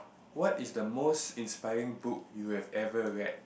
what is the most inspiring book you have ever read